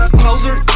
closer